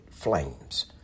flames